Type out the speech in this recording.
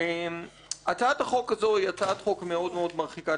הצעת החוק הזו היא הצעת חוק מאוד מרחיקת לכת.